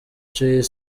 jay